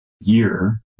year